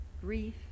grief